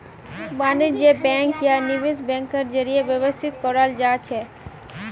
वाणिज्य बैंक या निवेश बैंकेर जरीए व्यवस्थित कराल जाछेक